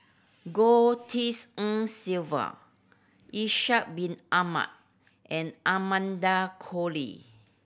Goh Tshin En Sylvia Ishak Bin Ahmad and Amanda Koe Lee